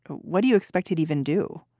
what do you expect he'd even do?